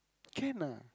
can ah